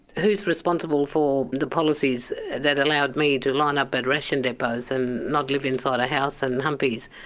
who's responsible for the policies that allowed me to line up at ration depots and not live inside a house, and and humpies?